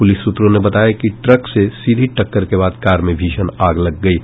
police सूत्रों ने बताया कि ट्रक से सीधी टक्कर के बाद कार में भीषण आग लग गयी